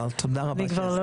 אבל תודה רבה שהזמנתם